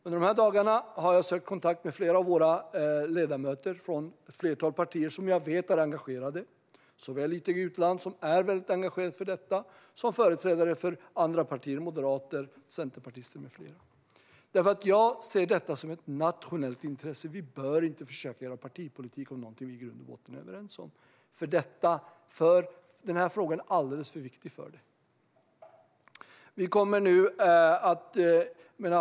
Under dessa dagar har jag sökt kontakt med flera av våra ledamöter från ett flertal partier som jag vet är engagerade - såväl Jytte Guteland, som är väldigt engagerad i detta, som företrädare för andra partier: moderater, centerpartister med flera. Jag ser nämligen detta som ett nationellt intresse. Vi bör inte försöka göra partipolitik av något vi i grund och botten är överens om. Denna fråga är alldeles för viktig för det.